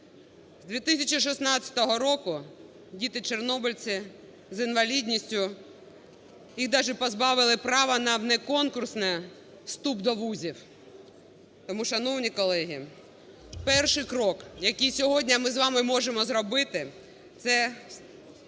З 2016 року діти-чорнобильці з інвалідністю, їх даже позбавили права на внеконкурсний вступ до вузів. Тому, шановні колеги, перший крок, який сьогодні ми з вами можемо зробити, це